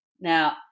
Now